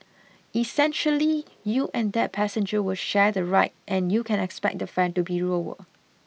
essentially you and that passenger will share the ride and you can expect the fare to be lower